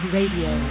Radio